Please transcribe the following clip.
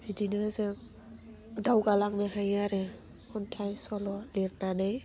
बिदिनो जों दावगालांनो हायो आरो खन्थाइ सल' लिरनानै